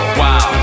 wow